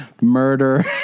murder